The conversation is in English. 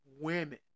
women